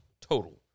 total